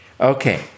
Okay